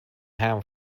ham